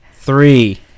Three